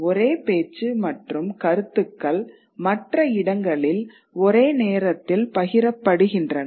ஒரே பேச்சு மற்றும் கருத்துக்கள் மற்ற இடங்களில் ஒரே நேரத்தில் பகிரப்படுகின்றன